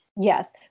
Yes